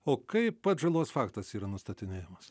o kaip pats žalos faktas yra nustatinėjamas